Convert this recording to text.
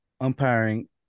umpiring